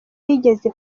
yigeze